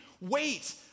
wait